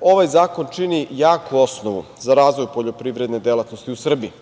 ovaj zakon čini jaku osnovu za razvoj poljoprivredne delatnosti u Srbiji.